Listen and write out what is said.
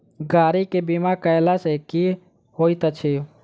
गाड़ी केँ बीमा कैला सँ की होइत अछि?